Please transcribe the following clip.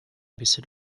bisschen